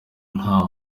nta